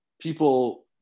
people